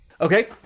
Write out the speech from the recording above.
Okay